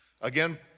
Again